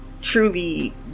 truly